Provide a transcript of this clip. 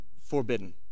forbidden